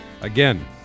again